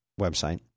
website